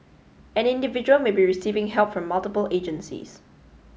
an individual may be receiving help from multiple agencies